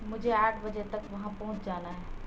مجھے آٹھ بجے تک وہاں پہنچ جانا ہے